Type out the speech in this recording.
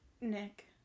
Nick